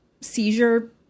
seizure